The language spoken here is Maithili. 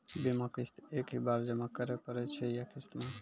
बीमा किस्त एक ही बार जमा करें पड़ै छै या किस्त मे?